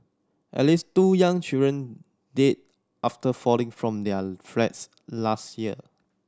at least two young children died after falling from their flats last year